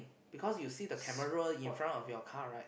because you see the camera in front of your car right